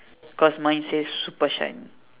cause mine says super shine